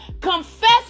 Confess